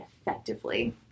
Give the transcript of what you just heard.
effectively